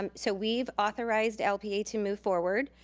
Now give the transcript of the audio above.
um so we've authorized lpa to move forward.